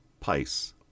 pice